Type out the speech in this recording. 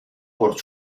por